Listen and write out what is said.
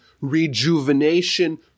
rejuvenation